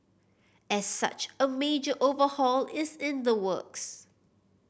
as such a major overhaul is in the works